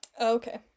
Okay